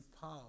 power